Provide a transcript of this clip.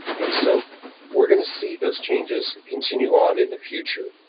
and so we're going to see those changes continue on in the future.